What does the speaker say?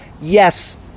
yes